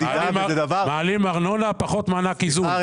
מעלים ארנונה, פחות מענק קיזוז.